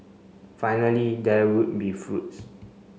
finally there would be fruits